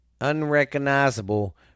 unrecognizable